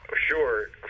sure